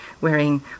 wearing